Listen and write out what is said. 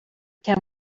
can